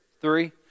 Three